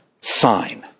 sign